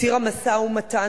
ציר המשא-ומתן,